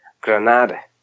Granada